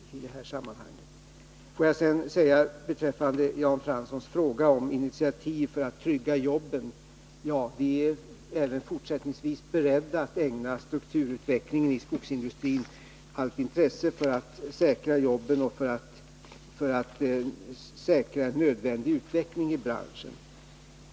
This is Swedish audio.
Får jag sedan beträffande Jan Franssons fråga om ett initiativ för att trygga jobben säga följande. Vi är även fortsättningsvis beredda att ägna strukturutvecklingen i skogsindustrin allt intresse för att säkra jobben och en nödvändig utveckling i branschen.